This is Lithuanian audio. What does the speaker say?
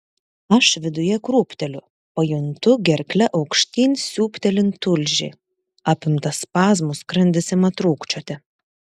aš viduje krūpteliu pajuntu gerkle aukštyn siūbtelint tulžį apimtas spazmų skrandis ima trūkčioti